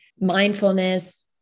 mindfulness